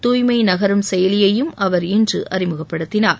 தூய்மை நகரம் செயலியையும் அவர் இன்று அறிமுகப்படுத்தினார்